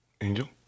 Angel